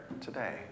today